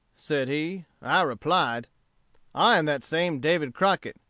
said he. i replied i am that same david crockett,